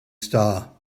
star